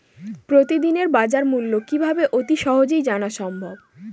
প্রতিদিনের বাজারমূল্য কিভাবে অতি সহজেই জানা সম্ভব?